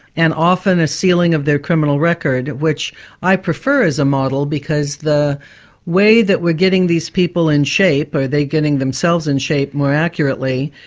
and often a sealing of their criminal record, which i prefer as a model because the way that we're getting these people in shape, or they're getting themselves in shape more accurately,